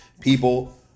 people